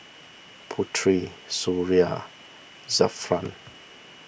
Putri Suria Zafran